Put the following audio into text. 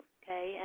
okay